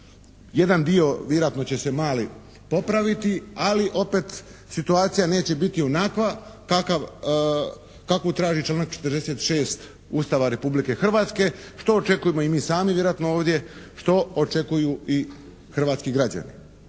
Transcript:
vjerojatno će se mali popraviti, ali opet situacija neće biti onakva kakvu traži članak 46. Ustava Republike Hrvatske što očekujemo i mi sami vjerojatno ovdje, što očekuju i hrvatski građani.